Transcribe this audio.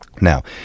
Now